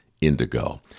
indigo